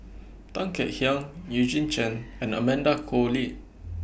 Tan Kek Hiang Eugene Chen and Amanda Koe Lee